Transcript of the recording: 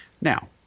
Now